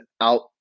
out